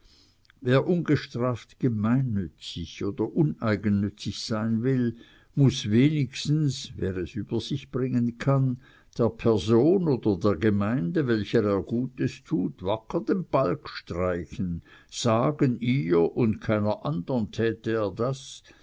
wer ungestraft gemeinnützig oder uneigennützig sein will muß wenigstens wer es über sich bringen kann der person oder der gemeinde welcher er gutes tut wacker den balg streichen sagen ihr und keiner andern täte er das